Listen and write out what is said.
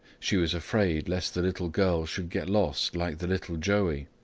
she was afraid lest the little girl should get lost, like the little joey.